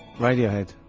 radiohead,